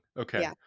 Okay